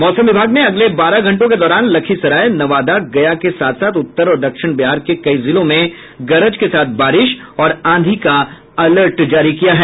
मौसम विभाग ने अगले बारह घंटों के दौरान लखीसराय नवादा गया के साथ साथ उत्तर और दक्षिण बिहार के कई जिलों में गरज के साथ बारिश और आंधी का अलर्ट जारी किया है